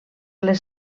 les